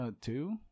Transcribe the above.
two